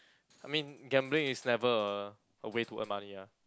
I mean gambling is never a a way to earn money lah